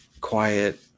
quiet